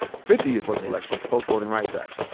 fifty years' worth of elections post-voting rights act.